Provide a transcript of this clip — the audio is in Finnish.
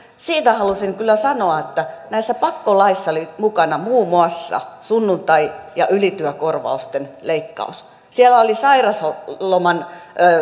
siitä halusin kyllä sanoa että näissä pakkolaeissa oli mukana muun muassa sunnuntai ja ylityökorvausten leikkaus siellä oli sairausloman